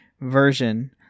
version